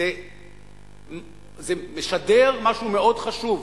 זה משדר משהו מאוד חשוב,